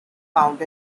found